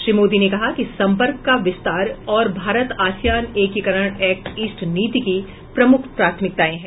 श्री मोदी ने कहा कि संपर्क का विस्तार और भारत आसियान एकीकरण एक्ट ईस्ट नीति की प्रमुख प्राथमिकताएं हैं